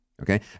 Okay